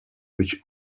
być